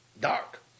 dark